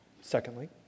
Secondly